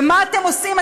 ומה אתם עושים?